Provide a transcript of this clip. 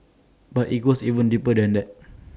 but IT goes even deeper than that